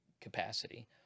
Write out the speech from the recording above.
capacity